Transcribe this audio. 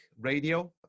radio